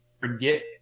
forget